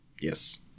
Yes